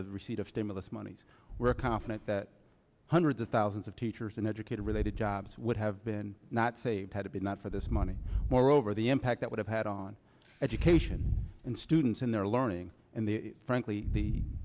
the receipt of stimulus money were confident that hundreds of thousands of teachers and educated related jobs would have been not saved to be not for this money moreover the impact that would have had on education and students in their learning and the frankly the